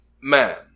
man